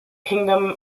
kingdom